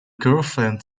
girlfriend